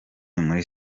muri